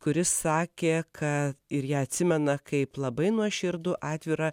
kuris sakė ką ir ją atsimena kaip labai nuoširdų atvirą